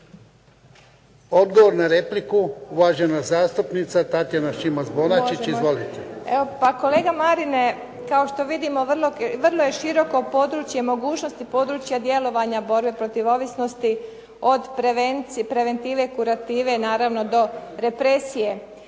Odgovor na repliku, uvažena zastupnica Tatjana Šimac-Bonačić. Izvolite.